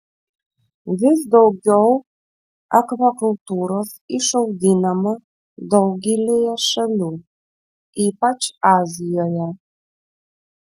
vis daugiau akvakultūros išauginama daugelyje šalių ypač azijoje